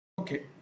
okay